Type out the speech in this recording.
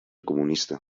comunista